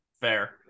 Fair